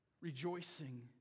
rejoicing